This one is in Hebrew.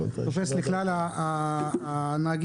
אלא לכלל הנהגים,